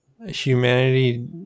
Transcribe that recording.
Humanity